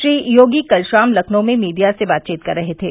श्री योगी कल शाम लखनऊ में मीडिया से बातचीत कर रहे थे